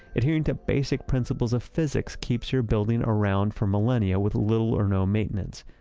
adhering to basic principles of physics keeps your building around for millennia with little or no maintenance.